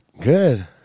Good